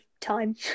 time